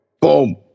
Boom